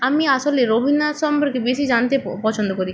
আমি আসলে রবীন্দ্রনাথ সম্পর্কে বেশি জানতে প পছন্দ করি